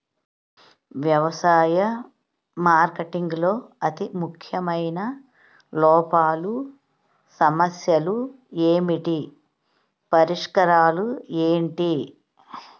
వ్యవసాయ మార్కెటింగ్ లో అతి ముఖ్యమైన లోపాలు సమస్యలు ఏమిటి పరిష్కారాలు ఏంటి?